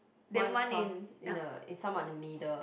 one cross in the in some of the middle